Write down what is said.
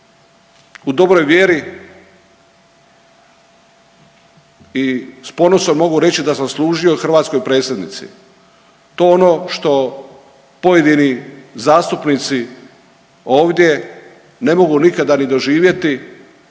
U dobroj vjeri i s ponosom mogu reći da sam služio hrvatskoj predsjednici. To ono što pojedini zastupnici ovdje ne mogu nikada ni doživjeti,